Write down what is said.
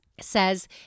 says